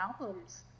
albums